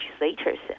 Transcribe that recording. legislators